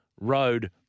road